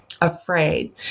afraid